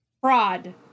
Fraud